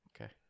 okay